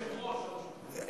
יושב-ראש הרשות הפלסטינית.